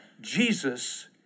Jesus